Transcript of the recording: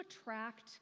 attract